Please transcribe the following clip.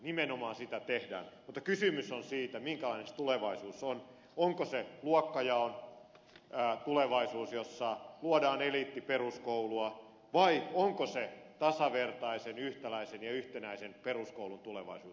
nimenomaan sitä tehdään mutta kysymys on siitä minkälainen se tulevaisuus on onko se luokkajaon tulevaisuus jossa luodaan eliittiperuskoulua vai onko se tasavertaisen yhtäläisen ja yhtenäisen peruskoulun tulevaisuus